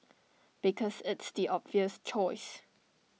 because it's the obvious choice